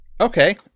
Okay